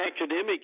academic